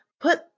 put